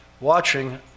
watching